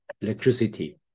electricity